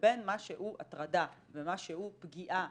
ובין מה שהוא הטרדה ומה שהוא פגיעה.